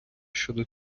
щодо